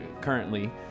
currently